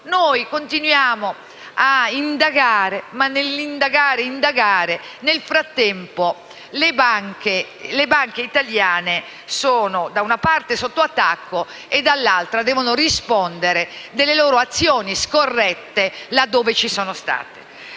Noi continuiamo a indagare, ma nell'indagare e indagare, nel frattempo, le banche italiane sono, da una parte, sotto attacco e, dall'altra, devono rispondere delle loro azioni scorrette là dove ci sono state.